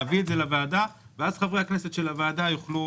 להביא את זה לוועדה ואז חברי הכנסת בוועדה יוכלו